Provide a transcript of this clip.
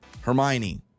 Hermione